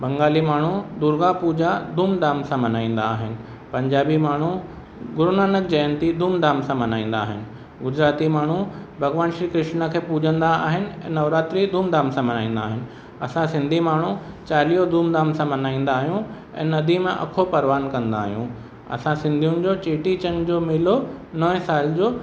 बंगाली माण्हू दुर्गा पूजा धूमधाम सां मल्हाईंदा आहिनि पंजाबी माण्हू गुरू नानक जयंती धूमधाम सां मल्हाईंदा आहिनि गुजराती माण्हू भॻवानु श्री कृष्ण खे पूॼंदा आहिनि ऐं नवरात्री धूमधाम सां मल्हाईंदा आहिनि असां सिंधी माण्हू चालीहो धूमधाम सां मल्हाईंदा आहियूं ऐं नदी मां अख़ो परवान कंदा आहियूं असां सिंधियुनि जो चेटी चंड जो मेलो नए साल जो